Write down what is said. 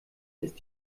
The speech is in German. ist